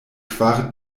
kvar